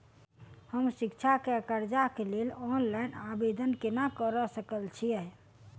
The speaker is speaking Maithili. हम शिक्षा केँ कर्जा केँ लेल ऑनलाइन आवेदन केना करऽ सकल छीयै?